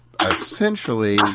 essentially